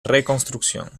reconstrucción